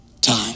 time